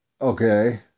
Okay